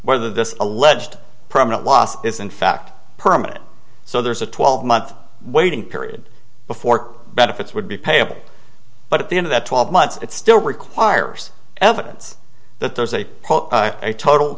whether this alleged permanent loss is in fact permanent so there's a twelve month waiting period before benefits would be payable but at the end of that twelve months it still requires evidence that there's a total